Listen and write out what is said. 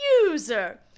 user